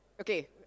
Okay